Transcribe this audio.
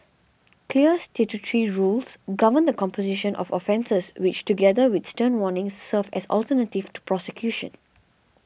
clear statutory rules govern the composition of offences which together with stern warnings serve as alternatives to prosecution